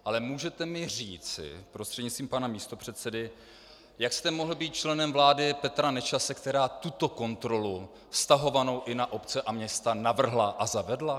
Ale můžete mi říci prostřednictvím pana místopředsedy, jak jste mohl být členem vlády Petra Nečase, která tuto kontrolu vztahovanou i na obce a města, navrhla a zavedla?